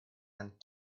and